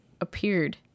appeared